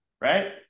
right